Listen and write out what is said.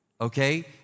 Okay